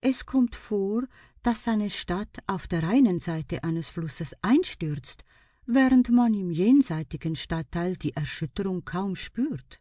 es kommt vor daß eine stadt auf der einen seite eines flusses einstürzt während man im jenseitigen stadtteil die erschütterung kaum spürt